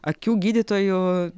akių gydytojų